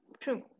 true